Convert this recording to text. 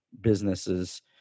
businesses